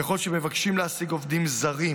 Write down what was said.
ככל שמבקשים להעסיק עובדים זרים,